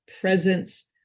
presence